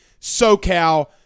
SoCal